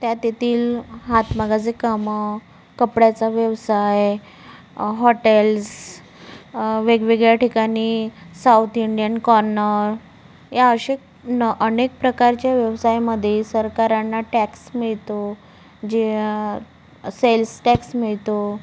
त्यात येथील हातमागाचे कामं कपड्याचा व्यवसाय हॉटेल्स वेगवेगळ्या ठिकाणी साऊथ इंडियन कॉर्नर या असे न अनेक प्रकारचे व्यवसायमध्ये सरकारांना टॅक्स मिळतो जे सेल्स टॅक्स मिळतो